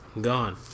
Gone